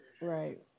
Right